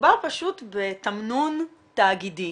מדובר פשוט בתמנון תאגידי